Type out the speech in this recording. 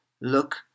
look